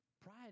Pride